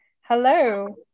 Hello